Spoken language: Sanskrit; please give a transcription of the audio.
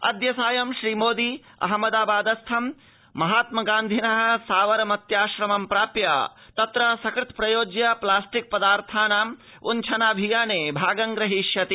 अद्य सायं श्रीमोदी अहमदाबादस्थं महात्म गान्धिनः साबरमत्याश्रमं सम्प्राप्य तत्र सकृत्यप्रयोज्य प्लास्टिक् पदार्थानाम् उब्छनाभियाने भागं ग्रहीष्यति